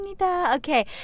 Okay